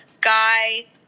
Guy